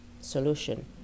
solution